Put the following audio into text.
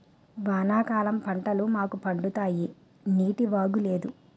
వానాకాలం పంటలు మాకు పండుతాయి నీటివాగు లేదు